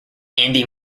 andy